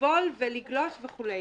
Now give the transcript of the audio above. לטבול ולגלוש וכו'.